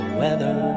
weather